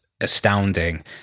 astounding